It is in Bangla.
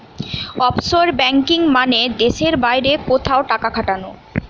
অফশোর ব্যাঙ্কিং মানে দেশের বাইরে কোথাও টাকা খাটানো